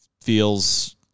Feels